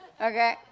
Okay